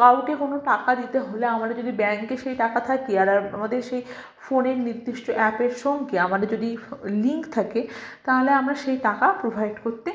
কাউকে কোনো টাকা দিতে হলে আমরা যদি ব্যাংকে সেই টাকা থাকে আর আমাদের সেই ফোনের নির্দিষ্ট অ্যাপের সঙ্গে আমাদের যদি লিংক থাকে তাহলে আমরা সেই টাকা প্রোভাইড করতে